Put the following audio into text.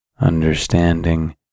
understanding